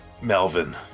Melvin